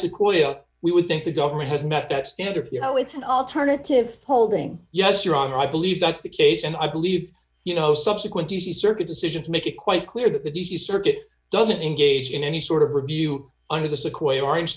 sequoia we would think the government has met that standard you know it's an alternative holding yes your honor i believe that's the case and i believe you know subsequent d c circuit decision to make it quite clear that the d c circuit doesn't engage in any sort of review under the